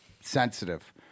sensitive